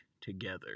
together